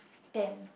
ten